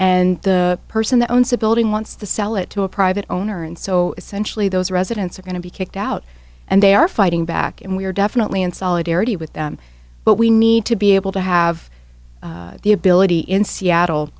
and the person that owns a building wants to sell it to a private owner and so essentially those residents are going to be kicked out and they are fighting back and we are definitely in solidarity with them but we need to be able to have the ability in seattle